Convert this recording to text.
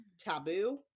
taboo